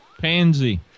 Pansy